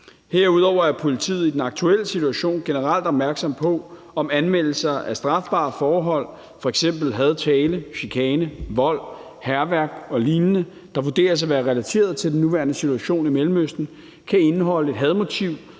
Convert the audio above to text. Herudover er politiet i den aktuelle situation generelt opmærksomme på, om anmeldelser af strafbare forhold, f.eks. hadtale, chikane, vold, hærværk og lignende, der vurderes at være relateret til den nuværende situation i Mellemøsten, kan indeholde et hadmotiv,